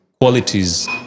qualities